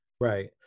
Right